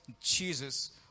Jesus